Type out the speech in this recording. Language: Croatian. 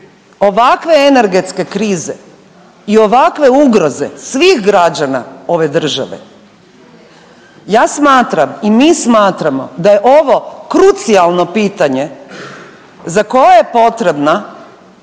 ovakve energetske krize i ovakve ugroze svih građana ove države. Ja smatram i mi smatramo da je ovo krucijalno pitanje za koje je potrebna